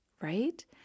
right